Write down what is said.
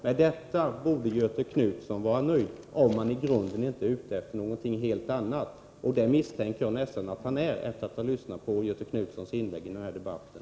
Med detta borde Göthe Knutson vara nöjd, om han inte i grunden är ute efter någonting helt annat — och det misstänker jag nästan att han är, efter att ha lyssnat till Göthe Knutsons inlägg i den här debatten.